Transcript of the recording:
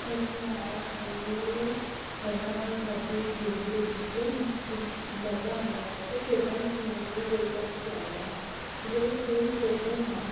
ਜਿਸ ਨਾਲ ਕਿ ਹੈ ਨਾ ਸਾਡੀ ਗੇਮ ਦੇ ਵਿੱਚ ਮਜ਼ਾ ਆਉਂਦਾ ਹੈ ਅਤੇ ਖੇਡਣ ਨੂੰ ਵੀ ਦਿਲਚਸਪ ਲੱਗਦਾ ਹੈ ਜਦੋਂ ਗੇਮ ਖੇਡਦੇ ਹਾਂ